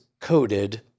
coded